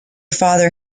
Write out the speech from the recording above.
father